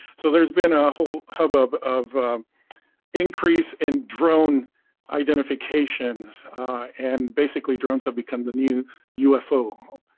so there's been a whole hubub of increase in drone identifications and basically drones have become the new ufo.